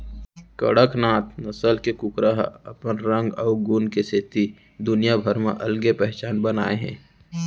कड़कनाथ नसल के कुकरा ह अपन रंग अउ गुन के सेती दुनिया भर म अलगे पहचान बनाए हे